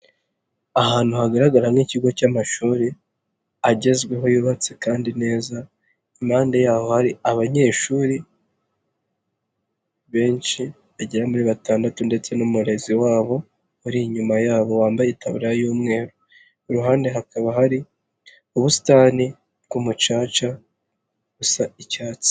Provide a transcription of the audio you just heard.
Ahantu hagaragara nk'ikigo cy'amashuri agezweho yubatse kandi neza impande yaho hari abanyeshuri benshi bagera muri batandatu ndetse n'umurerezi wabo wari inyuma yabo wambaye itaburiya y'umweru, iruhande hakaba hari ubusitani bw'umucaca busa icyatsi.